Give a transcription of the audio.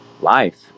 life